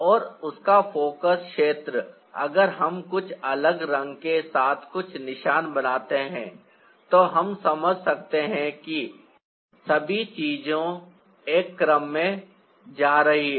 और उसका फोकस क्षेत्र अगर हम कुछ अलग रंग के साथ कुछ निशान बनाते हैं तो हम समझ सकते हैं कि सभी चीजें एक क्रम में जा रही हैं